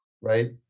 Right